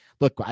Look